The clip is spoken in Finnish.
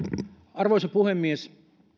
arvoisa puhemies